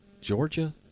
Georgia